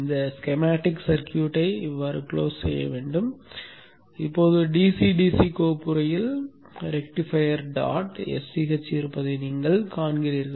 இந்த ஸ்கெமாட்டிக் சர்க்யூட்டை மூடுவோம் இப்போது DC DC கோப்புறையில் rectifier dot s c h இருப்பதை நீங்கள் காண்கிறீர்கள்